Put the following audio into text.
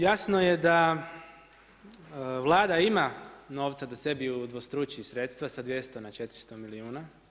Jasno je da Vlada ima novca da sebi udvostruči sredstva sa 200 na 400 milijuna.